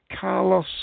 Carlos